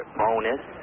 bonus